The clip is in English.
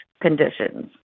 conditions